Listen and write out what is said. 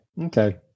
okay